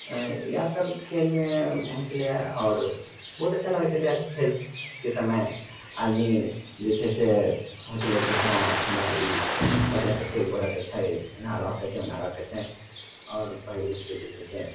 इएहसभ खेलमे होइ छलैए आओर बहुत अच्छा लगैत छलैए खेलके समय आदमी जे छै से होइ छलै कि हँ हमरा ई पहिरैके छै ओ पहिरैके छै एना रहयके छै ओना रहयके छै आओर पहिर उहिर कऽ जे छै से